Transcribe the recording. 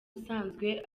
usanzwe